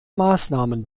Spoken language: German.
maßnahmen